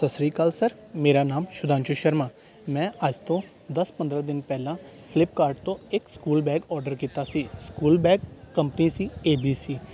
ਸਤਿ ਸ੍ਰੀ ਅਕਾਲ ਸਰ ਮੇਰਾ ਨਾਮ ਸੁਧਾਂਸ਼ੂ ਸ਼ਰਮਾ ਮੈਂ ਅੱਜ ਤੋਂ ਦਸ ਪੰਦਰਾਂ ਦਿਨ ਪਹਿਲਾਂ ਫਲਿੱਪਕਾਰਟ ਤੋਂ ਇੱਕ ਸਕੂਲ ਬੈਗ ਔਡਰ ਕੀਤਾ ਸੀ ਸਕੂਲ ਬੈਗ ਕੰਪਨੀ ਸੀ ਏਬੀਸੀ